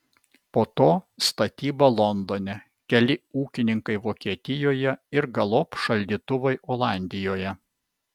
po to statyba londone keli ūkininkai vokietijoje ir galop šaldytuvai olandijoje